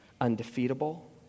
undefeatable